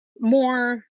more